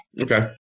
Okay